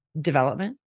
development